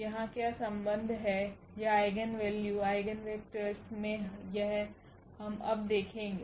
यहाँ क्या संबंध है या आइगेन वैल्यू आइगेन वेक्टरस मे यह हम अब देखेंगे